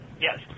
Yes